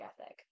ethic